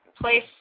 place